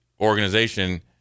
organization